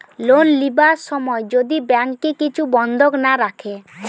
loan লিবার সময় যদি ব্যাংকে কিছু বন্ধক না রাখে